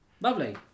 lovely